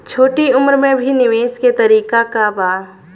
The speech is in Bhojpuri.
छोटी उम्र में भी निवेश के तरीका क बा?